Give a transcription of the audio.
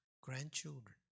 grandchildren